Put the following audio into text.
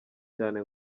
cyane